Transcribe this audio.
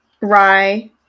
rye